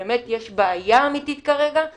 אנחנו